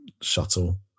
shuttle